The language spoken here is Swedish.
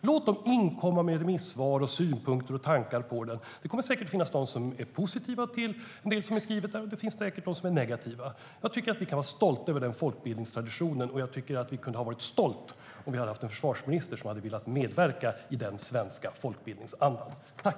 Låt dem inkomma med remissvar, synpunkter och tankar på den! Det kommer säkert att finnas de som är positiva till det som är skrivet där, och det finns säkert de som är negativa.